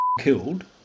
killed